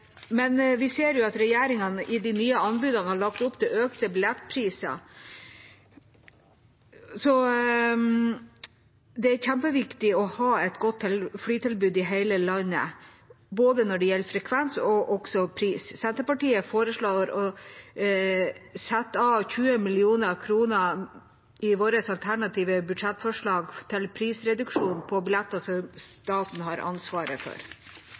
men vi ser at regjeringa i de nye anbudene har lagt opp til økte billettpriser. Det er kjempeviktig å ha et godt flytilbud i hele landet når det gjelder både frekvens og pris. Senterpartiet foreslår å sette av 20 mill. kr i vårt alternative budsjettforslag til prisreduksjon på billetter som staten har ansvaret for.